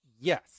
Yes